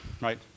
Right